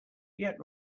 yet